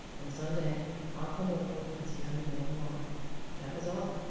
and some day i'll come over and see how you're getting along that was all!